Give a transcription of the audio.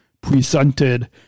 presented